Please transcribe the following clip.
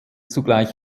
zugleich